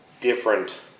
different